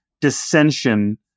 dissension